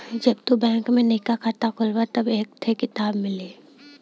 जब तू बैंक में नइका खाता खोलबा तब एक थे किताब मिली